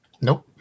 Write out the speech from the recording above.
Nope